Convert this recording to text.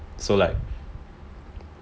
so like